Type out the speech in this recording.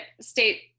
state